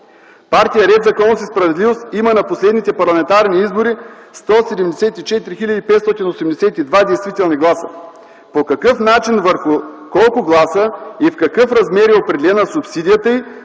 Партия „Ред, законност и справедливост” има на последните парламентарни избори 174 хил. 582 действителни гласа. По какъв начин, върху колко гласа и в какъв размер е определена субсидията й